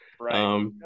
Right